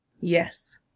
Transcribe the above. Yes